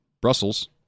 Brussels